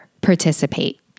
participate